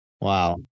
Wow